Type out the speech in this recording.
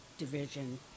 division